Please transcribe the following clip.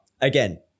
again